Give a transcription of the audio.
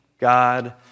God